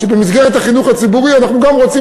במסגרת החינוך הציבורי אנחנו גם רוצים